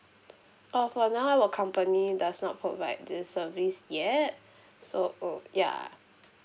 err for now our company does not provide this service yet so ya